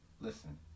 listen